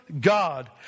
God